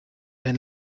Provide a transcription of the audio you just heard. ein